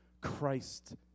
Christ